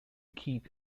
keep